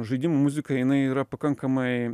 žaidimų muzika jinai yra pakankamai